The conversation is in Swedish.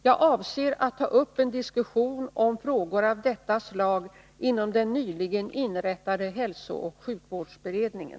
Jag avser att ta upp en diskussion om frågor av detta slag inom den nyligen inrättade hälsooch sjukvårdsberedningen.